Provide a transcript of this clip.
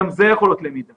גם זה יכול להיות למידה